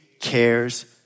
cares